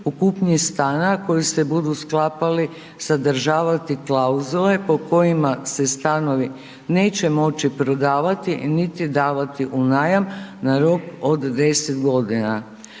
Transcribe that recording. o kupnji stana koji se budu sklapali, sadržavati klauzule po kojima se stanovi neće moći prodavati niti davati u najam na rok od 10 godina.